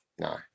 No